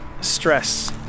stress